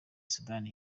sudani